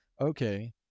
okay